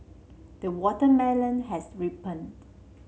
the watermelon has ripened